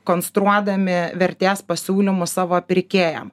konstruodami vertės pasiūlymus savo pirkėjam